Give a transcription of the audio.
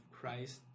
Christ